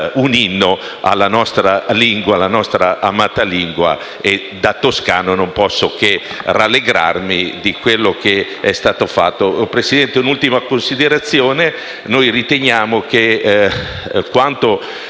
un inno alla nostra lingua, alla nostra amata lingua e, da toscano, non posso che rallegrarmi di quanto è stato fatto. Signor Presidente, faccio una ultima considerazione.